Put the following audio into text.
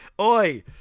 Oi